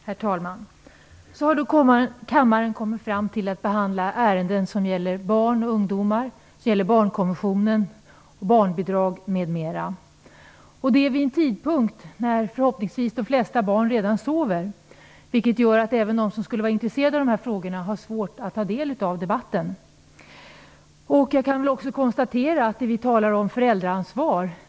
Herr talman! Så har kammaren kommit fram till att behandla ärenden som gäller barn och ungdomar, barnkonventionen, barnbidrag m.m. Det sker vid en tidpunkt då förhoppningsvis de flesta barn redan sover, vilket gör att de som skulle vara intresserade av de här frågorna har svårt att ta del av debatten. Jag kan väl också konstatera att vi talar om föräldraansvar.